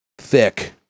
thick